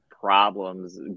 problems